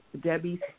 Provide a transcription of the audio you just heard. Debbie